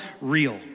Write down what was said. real